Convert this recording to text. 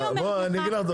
אני אומרת לך,